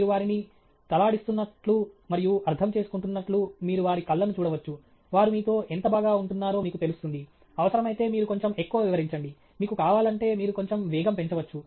మీరు వారిని తలాడిస్స్తున్నట్లు మరియు అర్థం చేసుకుంటున్నట్లు మీరు వారి కళ్ళను చూడవచ్చు వారు మీతో ఎంత బాగా ఉంటున్నారో మీకు తెలుస్తుంది అవసరమైతే మీరు కొంచెం ఎక్కువ వివరించండి మీకు కావాలంటే మీరు కొంచెం వేగం పెంచవచ్చు